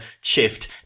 shift